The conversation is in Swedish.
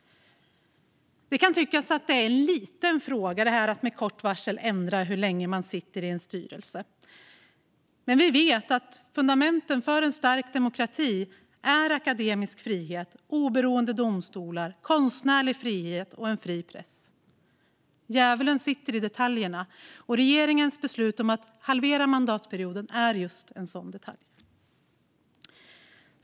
Det kan tyckas vara en liten fråga att det med kort varsel ändras hur länge man ska sitta i en styrelse. Men vi vet att fundamenten för en stark demokrati är akademisk frihet, oberoende domstolar, konstnärlig frihet och en fri press. Djävulen sitter i detaljerna, och regeringens beslut om att halvera mandatperioden är just en sådan detalj.